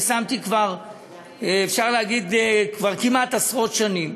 אני שמתי כבר כמעט עשרות שנים.